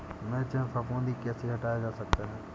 मिर्च में फफूंदी कैसे हटाया जा सकता है?